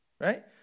Right